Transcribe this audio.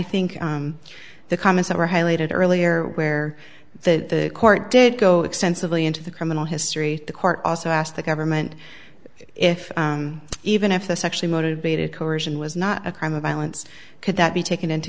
think the comments that were highlighted earlier where the court did go extensively into the criminal history the court also asked the government if even if this actually motivated coersion was not a crime of violence could that be taken into